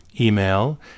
email